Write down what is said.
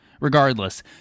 Regardless